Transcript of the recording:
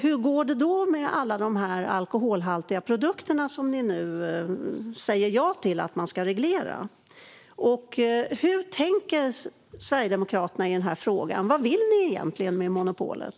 Hur går det då med alla alkoholhaltiga produkter som ni nu säger ja till att de ska regleras, Christina Östberg? Hur tänker Sverigedemokraterna i denna fråga? Vad vill ni egentligen med monopolet?